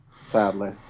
Sadly